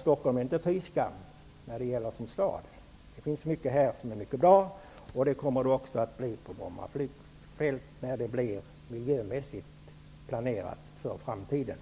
Stockholm är inte fy skam såsom stad. Det finns mycket här som är bra. Det kommer också att bli bra på Bromma flygfält, när det blir miljömässigt planerat för framtiden.